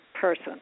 person